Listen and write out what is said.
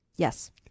Yes